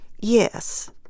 Yes